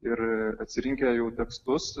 ir atsirinkę jau tekstus